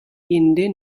jindy